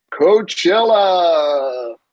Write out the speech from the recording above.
Coachella